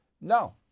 no